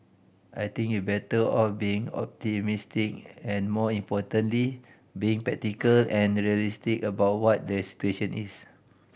I think you're better off being optimistic and more importantly being practical and realistic about what the situation is